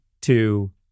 two